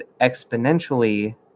exponentially